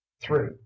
three